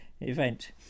event